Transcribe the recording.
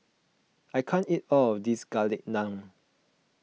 I can't eat all of this Garlic Naan